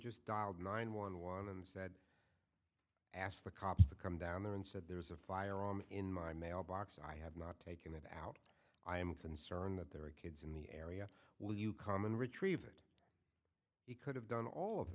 just dialed nine one one and said ask the cops to come down there and said there was a firearm in my mailbox i have not taken it out i am concerned that there are kids in the area will you come and retrieve it you could have done all of